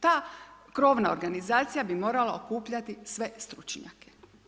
Ta krovna organizacija bi morala okupljati sve stručnjake.